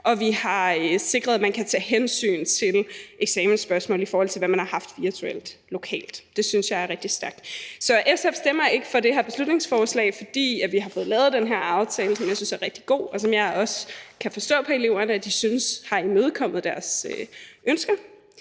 vi har sikret, at man kan tage hensyn i forbindelse med eksamensspørgsmål, i forhold til hvad man lokalt har haft virtuelt. Det synes jeg er rigtig stærkt. Så SF stemmer ikke for det her beslutningsforslag, fordi vi har fået lavet den her aftale, som jeg synes er rigtig god, og som jeg også kan forstå på eleverne at de synes har imødekommet deres ønsker.